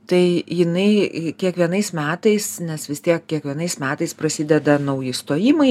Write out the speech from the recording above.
tai jinai kiekvienais metais nes vis tiek kiekvienais metais prasideda nauji stojimai